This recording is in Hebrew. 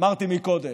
אמרתי קודם: